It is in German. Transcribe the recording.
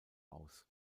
aus